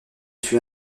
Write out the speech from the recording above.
fut